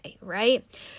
right